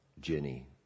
Jenny